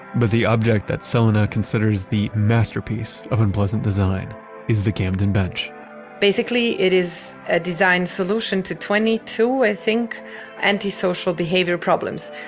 but the object that selena considers the masterpiece of unpleasant design is the camden bench basically, it is a design solution to twenty two i think antisocial behavior problems.